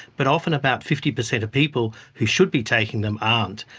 but often about fifty percent of people who should be taking them aren't,